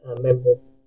members